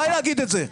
די להגיד את זה.